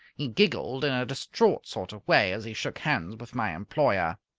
he giggled in a distraught sort of way as he shook hands with my employer.